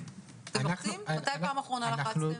מתי בפעם האחרונה לחצתם?